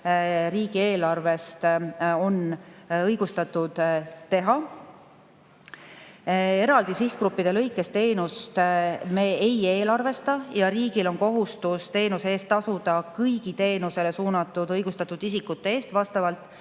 riigieelarvest on õigustatud [kasutada]. Eraldi sihtgruppide lõikes teenust me ei eelarvesta ja riigil on kohustus teenuse eest tasuda kõigi teenusele suunatud õigustatud isikute eest vastavalt